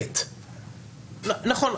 נכון.